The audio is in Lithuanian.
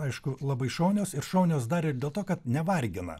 aišku labai šaunios ir šaunios dar ir dėl to kad nevargina